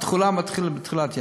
התחולה מתחילה בתחילת ינואר.